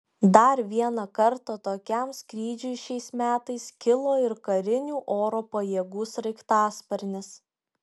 dar vieną kartą tokiam skrydžiui šiais metais kilo ir karinių oro pajėgų sraigtasparnis